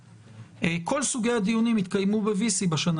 כל סוגי הדיונים התקיימו ב-VC בשנה